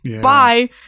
Bye